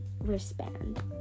wristband